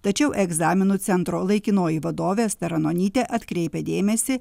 tačiau egzaminų centro laikinoji vadovė asta ranonytė atkreipia dėmesį